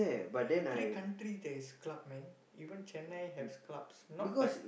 every country there's club man even Chennai has clubs not like